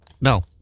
No